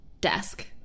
desk